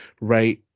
right